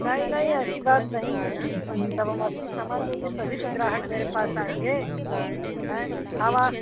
नहीं नहीं ऐसी बात नहीं है जब हम अच्छा सामान देंगे तभी तो ग्राहक मेरे पास आएँगे हाँ माँ